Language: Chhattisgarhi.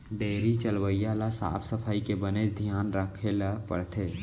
डेयरी चलवइया ल साफ सफई के बनेच धियान राखे ल परथे